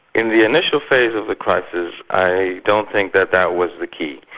in the initial phase of the crisis, i don't think that that was the key.